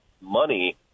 money